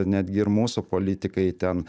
netgi ir mūsų politikai ten